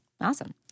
awesome